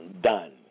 done